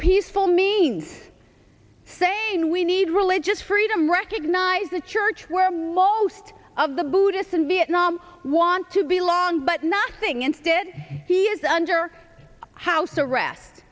peaceful means saying we need religious freedom recognise a church where most of the buddhists in vietnam want to belong but nothing instead here's under house arrest